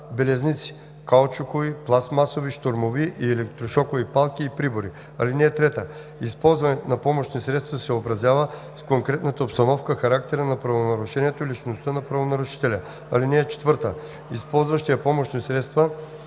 белезници; каучукови, пластмасови, щурмови и електрошокови палки и прибори. (3) Използването на помощни средства се съобразява с конкретната обстановка, характера на правонарушението и личността на правонарушителя. (4) Използващият помощни средства